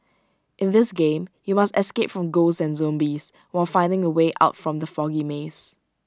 in this game you must escape from ghosts and zombies while finding the way out from the foggy maze